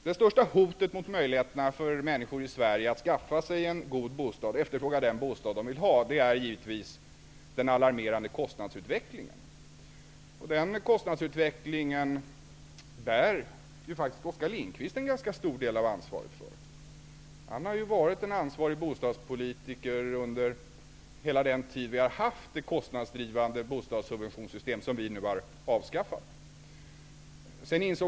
Det största hotet mot möjligheterna för människor i Sverige att skaffa sig en god bostad eller efterfråga den bostad som de vill ha är givetvis den alarmerande kostnadsutvecklingen, som Oskar Lindkvist faktiskt bär en ganska stor del av ansvaret för. Han har varit en ansvarig bostadspolitiker under hela den tid som man har haft det kostnadsdrivande bostadssubventionssystem som vi nu har avskaffat.